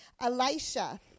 Elisha